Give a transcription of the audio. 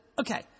okay